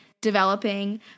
developing